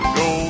go